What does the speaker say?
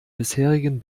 bisherigen